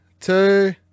two